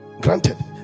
Granted